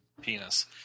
penis